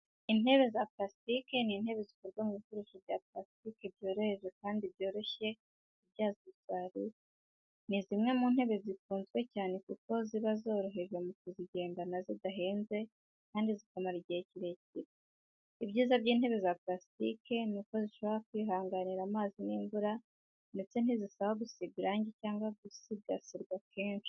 Intebe za purasitike ni intebe zikorwa mu bikoresho bya purasitike byoroheje kandi byoroshye kubyaza umusaruro. Ni zimwe mu ntebe zikunzwe cyane kuko ziba zoroheje mu kuzigendana, zidahenze, kandi zikamara igihe kirekire. Ibyiza by’intebe za purasitike ni uko zishobora kwihanganira amazi n’imvura, ndetse ntizisaba gusigwa irangi cyangwa gusigasirwa kenshi.